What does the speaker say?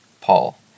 Paul